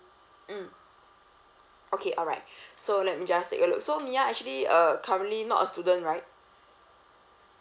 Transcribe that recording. mm okay alright so let me just take a look so mya actually uh currently not a student right